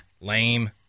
lame